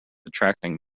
attracting